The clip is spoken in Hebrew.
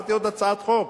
שהעברתי עוד הצעת חוק?